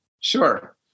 Sure